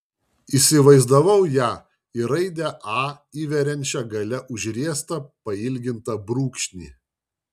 įsivaizdavau ją į raidę a įveriančią gale užriestą pailgintą brūkšnį